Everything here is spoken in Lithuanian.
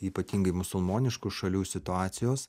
ypatingai musulmoniškų šalių situacijos